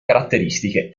caratteristiche